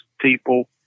people